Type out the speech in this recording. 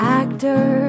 actor